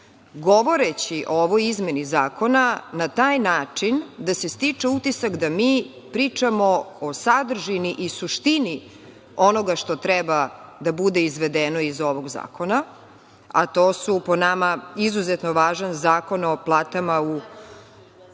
govoreći o ovoj izmeni zakona, na taj način da se stiče utisak da mi pričamo o sadržini i suštini onoga što treba da bude izvedeno iz ovog zakona, a to su po nama izuzetno važan zakon o platama